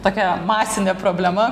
tokia masinė problema